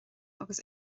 agus